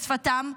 בשפתם,